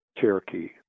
Cherokee